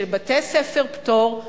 של בתי-ספר פטור.